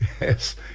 Yes